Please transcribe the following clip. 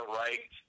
right